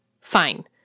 Fine